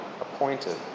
appointed